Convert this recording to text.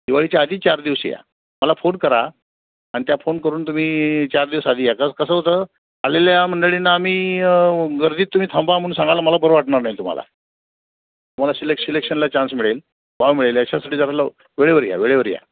दिवाळीच्या आधी चार दिवस या मला फोन करा आम्ही त्या फोन करून तुम्ही चार दिवस आधी या का कसं होतं आलेल्या मंडळींना आम्ही गर्दीत तुम्ही थांबा म्हणून सांगाला मला बरं वाटणार नाही तुम्हाला तुम्हाला सिलेक्श सिलेक्शनला चान्स मिळेल वाव मिळेल याच्यासाठी जरा लव वेळेवर या वेळेवर या